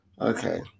Okay